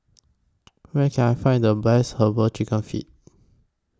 Where Can I Find The Best Herbal Chicken Feet